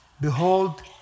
Behold